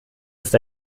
ist